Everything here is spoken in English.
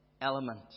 element